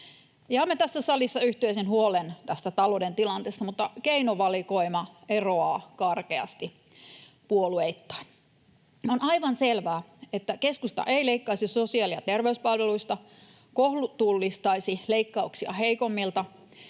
Jaamme tässä salissa yhteisen huolen tästä talouden tilanteesta, mutta keinovalikoima eroaa karkeasti puolueittain. On aivan selvää, että keskusta ei leikkaisi sosiaali- ja terveyspalveluista, kohtuullistaisi leikkauksia heikommilta,